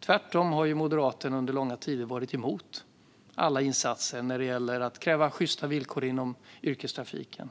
Tvärtom har Moderaterna under långa tider varit emot alla insatser när det gäller att kräva sjysta villkor inom yrkestrafiken,